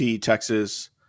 Texas